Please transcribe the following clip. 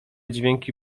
dźwięki